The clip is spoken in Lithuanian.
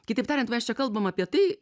kitaip tariant mes čia kalbam apie tai